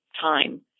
time